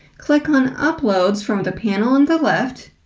click on uploads from the panel on the left,